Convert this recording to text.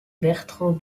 bertrand